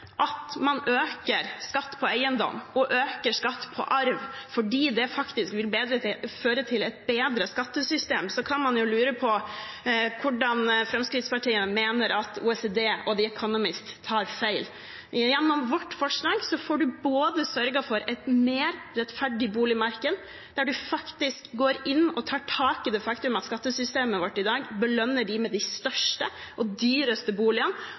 at man øker skatt på eiendom og øker skatt på arv fordi det faktisk vil føre til et bedre skattesystem, kan man jo lure på hvordan Fremskrittspartiet mener at OECD og The Economist tar feil. Gjennom vårt forslag får man både sørget for et mer rettferdig boligmarked ved at man går inn og tar tak i det faktum at skattesystemet vårt i dag belønner dem med de største og dyreste boligene,